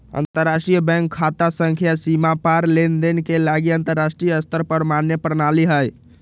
अंतरराष्ट्रीय बैंक खता संख्या सीमा पार लेनदेन के लागी अंतरराष्ट्रीय स्तर पर मान्य प्रणाली हइ